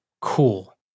Cool